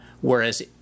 Whereas